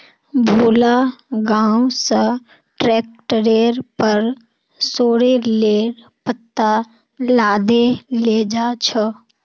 भोला गांव स ट्रैक्टरेर पर सॉरेलेर पत्ता लादे लेजा छ